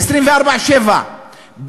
24/7,